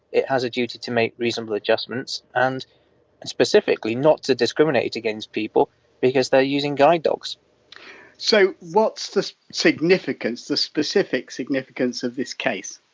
it has a duty to make reasonable adjustments and specifically not to discriminate against people because they're using guide dogs so, what's the significance, the specific significance of this case?